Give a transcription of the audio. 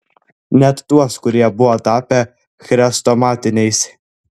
net tuos kurie buvo tapę chrestomatiniais